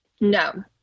No